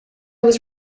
was